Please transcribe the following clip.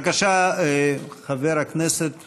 בבקשה, חבר הכנסת